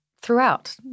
throughout